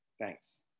Thanks